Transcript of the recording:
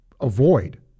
avoid